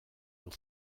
will